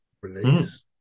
release